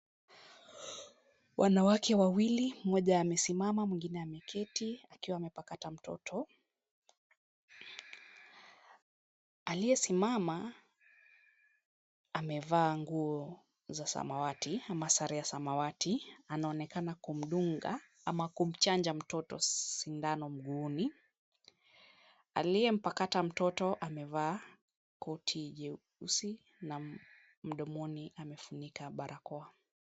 Wanawake wawili, mmoja amesimama, mwingine ameketi akiwa amepakata mtoto. Aliyesimama amevaa nguo za samawati ama sare ya samawati, anaonekana kumdunga ama kumchanja mtoto sindano mguuni. Aliyempakata mtoto amevaa koti jeusi na mdomoni amefunika barakoa.